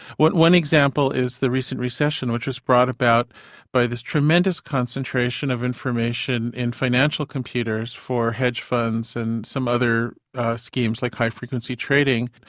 one example is the recent recession which was brought about by this tremendous concentration of information in financial computers for hedge funds and some other schemes, like high frequency trading.